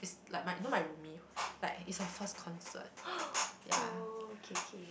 is like my you know my roomie like it's her first concert yeah